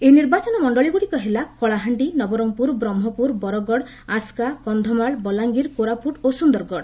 ଏହି ନିର୍ବାଚନ ମଣ୍ଡଳୀଗୁଡ଼ିକ ହେଲା କଳାହାଣ୍ଡି ନବରଙ୍ଗପୁର ବ୍ରହ୍ମପୁର ବରଗଡ଼ ଆସ୍କା କନ୍ଧମାଳ ବଲାଙ୍ଗୀର କୋରାପୁଟ ଓ ସୁନ୍ଦରଗଡ଼